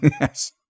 Yes